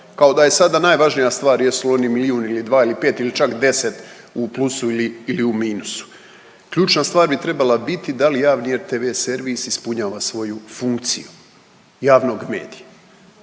Kao da je sada najvažnija stvar jesu li oni milijun ili 2 ili 5 ili čak 10 u plusu ili u minusu. Ključna stvar bi trebala biti da li javni RTV servis ispunjava svoju funkciju javnog medija.